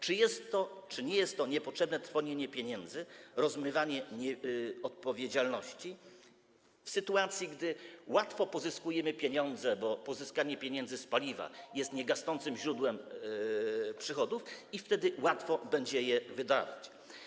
Czy nie jest to niepotrzebne trwonienie pieniędzy, rozmywanie odpowiedzialności, w sytuacji gdy łatwo pozyskujemy pieniądze, bo pozyskanie pieniędzy z paliwa jest niegasnącym źródłem przychodów i wtedy łatwo będzie je wydawać?